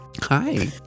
Hi